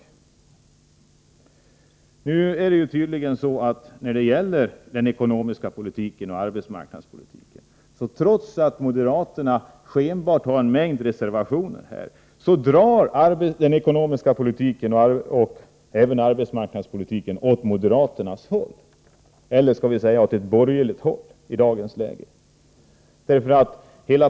Det är tydligen så, att när det gäller den ekonomiska politiken och arbetsmarknadspolitiken — trots att moderaterna här har en mängd reservationer — drar den ekonomiska politiken och arbetsmarknadspolitiken i dagens läge åt moderaternas håll, eller skall vi säga åt ett borgerligt håll.